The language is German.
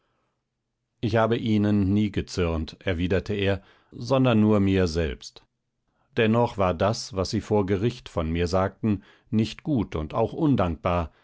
ich habe ihnen nie gezürnt erwiderte er sondern nur mir selbst dennoch war das was sie vor gericht von mir sagten nicht gut und auch undankbar